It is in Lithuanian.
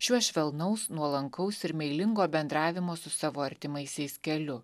šiuo švelnaus nuolankaus ir meilingo bendravimo su savo artimaisiais keliu